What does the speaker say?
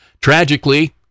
Tragically